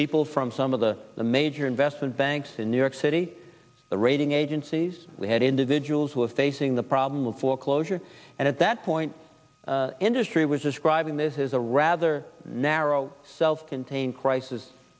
people from some of the major investment banks in new york city the rating agencies we had individuals who is facing the problem of foreclosure and at that point industry was describing this is a rather narrow self contained crisis